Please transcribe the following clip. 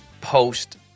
post